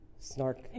snark